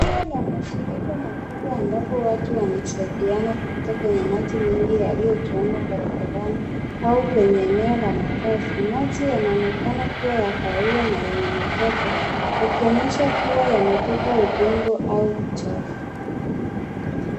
Tukio la mafuriko makubwa ambapo watu wanasaidiana kupita kwenye maji mengi yaliyotuama barabarani, au kwenye eneo la makazi. Maji yanaonekana kuwa ya kahawia na yenye matope, yakionyesha kuwa yamebeba udongo au uchafu.